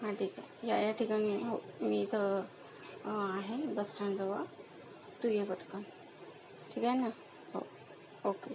हां ठीक आहे या या ठिकाणी हो मी इथं आहे बस स्टँडजवळ तू ये पटकन ठीक आहे ना हो ओके